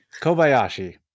Kobayashi